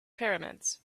pyramids